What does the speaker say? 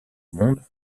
monde